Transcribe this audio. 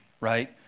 right